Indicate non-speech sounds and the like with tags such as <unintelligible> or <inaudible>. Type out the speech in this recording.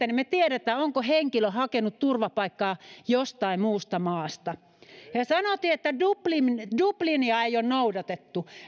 <unintelligible> niin me tiedämme onko henkilö hakenut turvapaikkaa jostain muusta maasta sanottiin että dublinia ei ole noudatettu